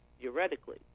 theoretically